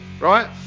Right